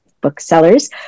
booksellers